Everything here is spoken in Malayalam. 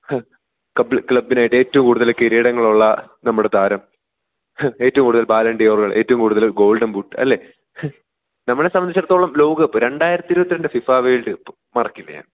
ഹ ക്ലബ്ബിനായിട്ട് ഏറ്റവും കൂടുതല് കിരീടങ്ങളുള്ള നമ്മുടെ താരം ഏറ്റവും കൂടുതൽ ബാലെന് ഡിയോര് എറ്റവും കൂടുതല് ഗോൾഡൻ ബൂട്ട് അല്ലേ നമ്മളെ സംബന്ധിച്ചിടത്തോളം ലോകകപ്പ് രണ്ടായിരത്തി ഇരുപത്തിരണ്ട് ഫിഫ വേൾഡ് കപ്പ് മറക്കില്ല ഞാൻ